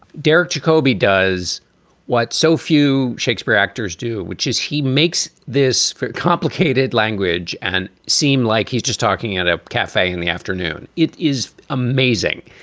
derek jacoby does what so few shakespeare actors do, which is he makes this complicated language and seem like he's just talking at a cafe in the afternoon. it is amazing.